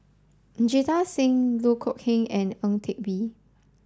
Jita Singh Loh Kok Heng and Ang Teck Bee